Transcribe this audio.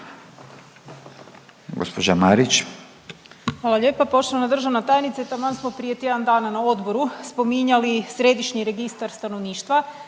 Andreja (SDP)** Hvala lijepa. Poštovana državna tajnice taman smo prije tjedan dana na odboru spominjali Središnji registar stanovništva,